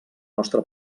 nostre